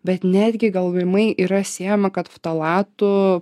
bet netgi galvimai yra siejama kad ftalatų